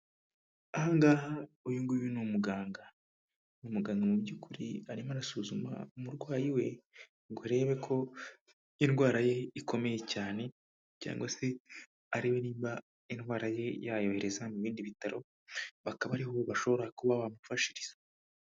Ahangaha uyunguyu ni umuganga, umuganga mu by'ukuri arimo arasuzuma umurwayi we ngo arebe ko indwara ye ikomeye cyane cyangwa se arewe niba indwara ye yayo yohereza mu bindi bitaro bakaba ariho bashobora kuba bamufashiriza.